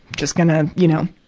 just gonna, you know,